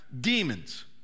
demons